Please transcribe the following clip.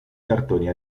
cartoni